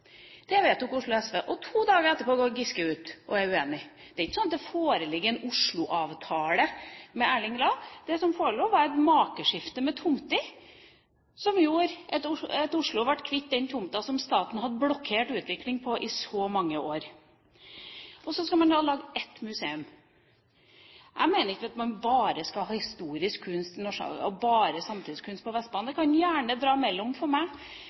Det vedtok Oslo SV. To dager etterpå går Giske ut og er uenig. Det er ikke sånn at det foreligger en Oslo-avtale med Erling Lae. Det som forelå, var et makeskifte av tomter, som gjorde at Oslo ble kvitt den tomta som staten hadde blokkert utviklingen av i så mange år. Så skal man da lage ett museum. Jeg mener ikke at man bare skal ha historisk kunst eller bare samtidskunst på Vestbanen. Man kan gjerne dra noe imellom for meg.